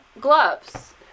gloves